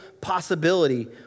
possibility